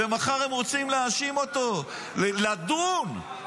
ומחר הם רוצים להאשים אותו, לדון.